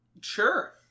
Sure